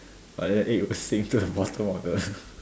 but then the egg would sink to the bottom of the